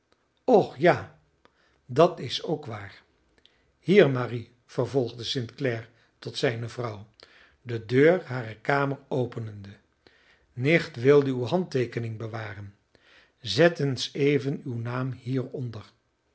och ja dat is ook waar hier marie vervolgde st clare tot zijne vrouw de deur harer kamer openende nicht wilde uw handteekening bewaren zet eens even uw naam hieronder